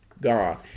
God